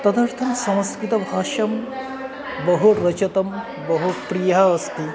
तदर्थं संस्कृतभाषा बहु रोचते बहु प्रिया अस्ति